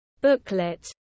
booklet